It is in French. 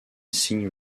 signe